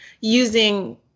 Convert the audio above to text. using